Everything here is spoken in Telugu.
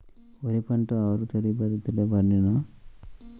వరి పంట ఆరు తడి పద్ధతిలో పండునా?